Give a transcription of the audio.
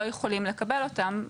לא יכולים לקבל אותם.